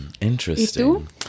Interesting